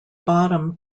bottom